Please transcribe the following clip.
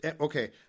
okay